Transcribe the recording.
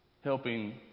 helping